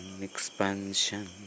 expansion